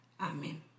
Amen